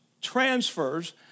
transfers